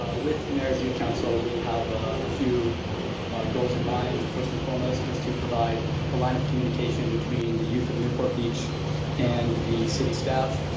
ah with mayor's youth council, we have ah a few goals in mind, first and foremost is to provide a line of communication between the youth of newport beach and the city staff.